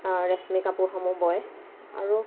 ৰেচমী কাপোৰসমূহ বয় আৰু